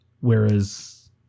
whereas